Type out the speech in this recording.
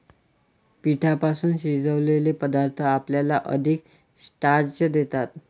पिठापासून शिजवलेले पदार्थ आपल्याला अधिक स्टार्च देतात